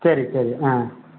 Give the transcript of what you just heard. சரி சரி ஆ